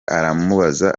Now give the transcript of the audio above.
aramubaza